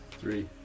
Three